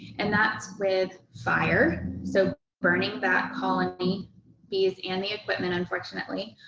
and that's with fire. so burning that colony. bees and the equipment, unfortunately,